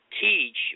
teach